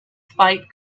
fight